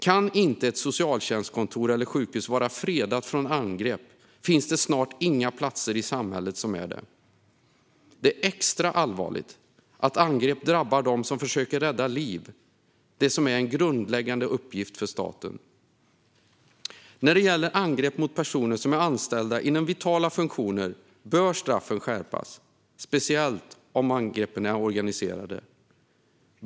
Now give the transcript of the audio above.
Kan inte ett socialtjänstkontor eller sjukhus vara fredat från angrepp finns det snart inga platser i samhället som är det. Det är extra allvarligt att angrepp drabbar dem som försöker rädda liv, det som är en grundläggande uppgift för staten. När det gäller angrepp mot personer som är anställda inom vitala funktioner bör straffen skärpas, speciellt om angreppen är organiserade.